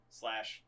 slash